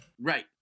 Right